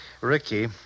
Ricky